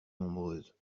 nombreuses